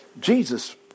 Jesus